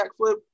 backflip